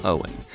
Owen